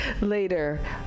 later